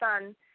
son